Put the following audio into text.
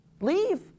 Leave